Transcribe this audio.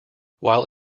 while